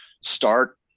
start